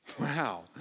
Wow